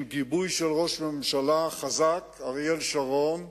עם גיבוי של ראש הממשלה החזק אריאל שרון,